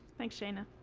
thanks, shayna.